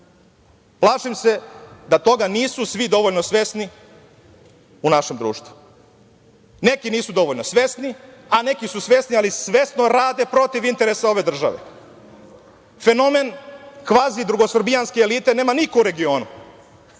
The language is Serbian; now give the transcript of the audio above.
Plašim se da toga nisu svi dovoljno svesni u našem društvu. Neki nisu dovoljno svesni, a neki su svesni ali svesno rade protiv interesa ove države. Fenomen kvazi drugosrbijanske elite nema niko u regionu.